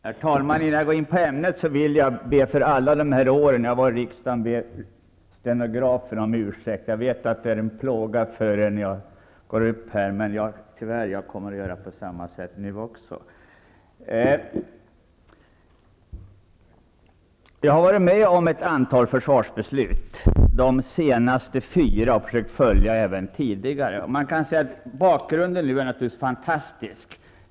Herr talman! Innan jag går in på ämnet vill jag be stenograferna om ursäkt för alla de år som jag har varit i riksdagen. Jag vet att det är en plåga för dem när jag går upp i debatten. Men det blir samma sak också nu. Jag har varit med om ett antal försvarsbeslut -- de senaste fyra -- och försökt följa även de tidigare. Bakgrunden är nu mycket glädjande.